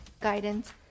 guidance